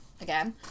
again